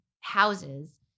houses